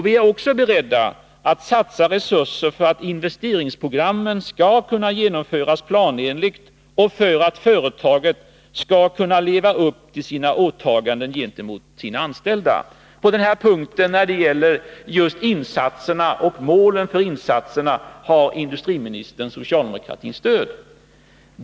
Vi är också beredda att satsa resurser för att investeringsprogrammen skall kunna genomföras planenligt och för att företaget skall kunna leva upp till sina åtaganden gentemot sina anställda. När det gäller insatserna och målen för insatserna har industriministern socialdemokratins stöd.